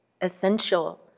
essential